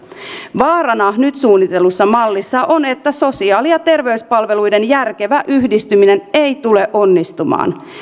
vaarana nyt suunnitellussa mallissa on että sosiaali ja terveyspalveluiden järkevä yhdistyminen ei tule onnistumaan